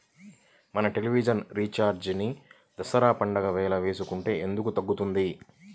మన television recharge Dasara పండగ వేళ వేసుకుంటే ఎందుకు తగ్గుతుంది?